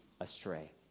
astray